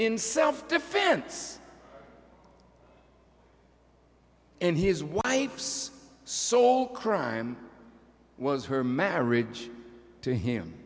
in self defense in his wife's so all crime was her marriage to him